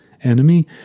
enemy